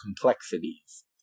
complexities